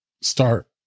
start